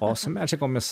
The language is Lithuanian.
o su medžiagomis